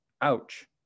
Ouch